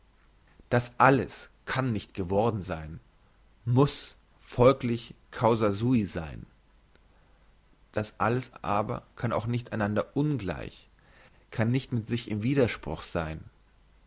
das alles kann nicht geworden sein muss folglich causa sui sein das alles aber kann auch nicht einander ungleich kann nicht mit sich im widerspruch sein